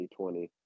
2020